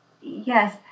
Yes